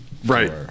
Right